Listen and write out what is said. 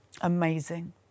Amazing